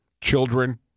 Children